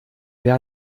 wer